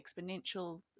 exponential